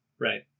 Right